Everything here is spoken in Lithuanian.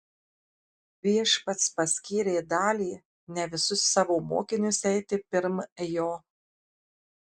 viešpats paskyrė dalį ne visus savo mokinius eiti pirm jo